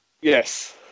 Yes